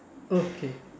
okay